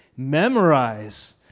memorize